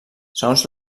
segons